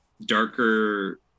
darker